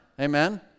Amen